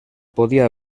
podia